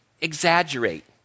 exaggerate